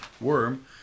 worm